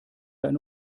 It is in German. eine